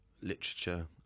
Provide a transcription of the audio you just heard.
literature